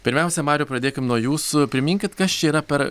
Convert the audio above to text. pirmiausia mariau pradėkim nuo jūsų priminkit kas čia yra per